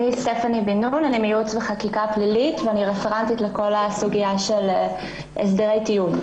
אני מייעוץ וחקיקה פלילי ואני רפרנטית לכל הסוגיה של הסדרי טיעון.